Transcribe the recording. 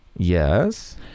Yes